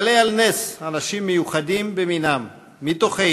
מעלה על נס אנשים מיוחדים במינם מתוכנו,